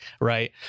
right